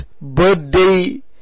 birthday